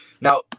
Now